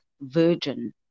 virgin